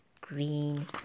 green